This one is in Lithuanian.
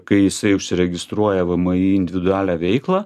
kai jisai užsiregistruoja vmi individualią veiklą